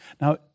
Now